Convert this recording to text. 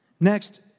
Next